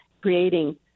creating